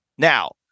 Now